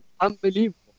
Unbelievable